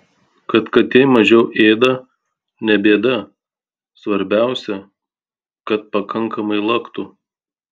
kad katė mažiau ėda ne bėda svarbiausia kad pakankamai laktų